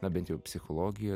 na bent jau psichologijoj